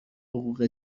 حقوق